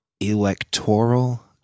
Electoral